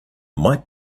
might